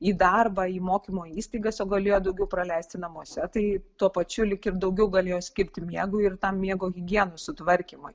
į darbą į mokymo įstaigas o galėjo daugiau praleisti namuose tai tuo pačiu lyg ir daugiau galėjo skirti miegui ir tam miego higienos sutvarkymui